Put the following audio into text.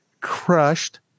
crushed